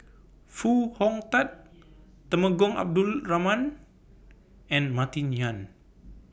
Foo Hong Tatt Temenggong Abdul Rahman and Martin Yan